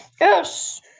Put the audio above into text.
Yes